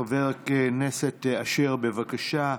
חבר הכנסת אשר, בבקשה.